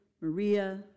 Maria